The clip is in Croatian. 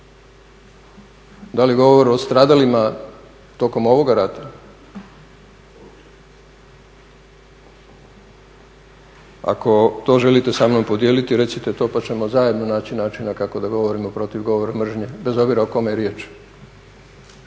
da li govor o stradalima tokom ovoga rata? Ako to želite sa mnom podijeliti, recite to pa ćemo zajedno naći načina kako da govorimo protiv govora mržnje, bez obzira o kome je riječ.